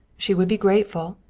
she would be grateful.